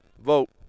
Vote